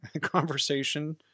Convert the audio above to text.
conversation